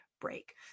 break